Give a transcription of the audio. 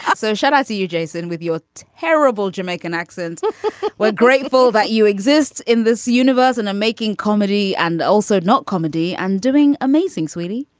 ah so shall i see you jason with your terrible jamaican accent. well we're grateful that you exists in this universe and i'm making comedy and also not comedy. i'm doing amazing sweetie.